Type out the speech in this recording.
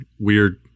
weird